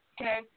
Okay